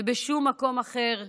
ובשום מקום אחר במדינה,